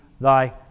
thy